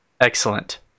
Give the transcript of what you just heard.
Excellent